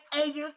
agents